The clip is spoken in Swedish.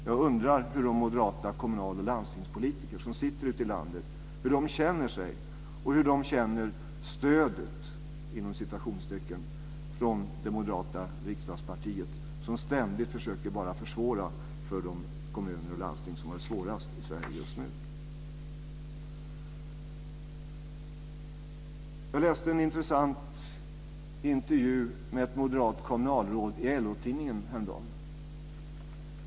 Jag undrar hur de moderata kommunal och landstingspolitiker som sitter ute i landet känner sig och hur de känner "stödet" från det moderata riksdagspartiet som ständigt bara försöker försvåra för de kommuner och landsting som har det svårast i Sverige just nu. Jag läste en intressant intervju med ett moderat kommunalråd i LO-tidningen häromdagen.